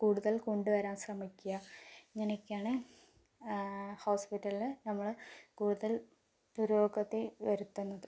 കൂടുതൽ കൊണ്ടുവരാൻ ശ്രമിക്കുക ഇങ്ങനെയൊക്കെയാണ് ഹോസ്പിറ്റലില് നമ്മൾ കൂടുതൽ പുരോഗതി വരുത്തുന്നത്